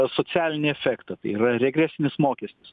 socialinį efektą tai yra regresinis mokestis